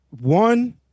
one